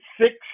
six